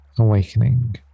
Awakening